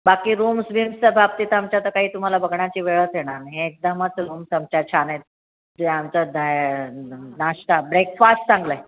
बाकी रूम्स बीम्सच्या बाबतीत आमच्या तर काही तुम्हाला बघण्याची वेळच येणार नाही एकदमच रूम्स आमच्या छान आहेत जे आमचा द्या नाश्ता ब्रेकफास्ट चांगला आहे